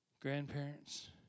Grandparents